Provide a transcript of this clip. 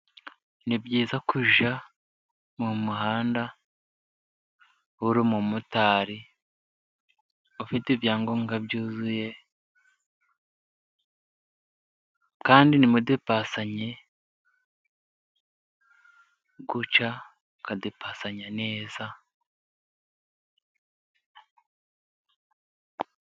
Ni byiza kujya mu muhanda, uri umumotari ufite ibyangombwa byuzuye kandi nti mu depasanye gutya, mu ka depasanya neza.